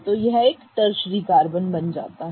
तो यह एक ट्रशरी कार्बन बन जाता है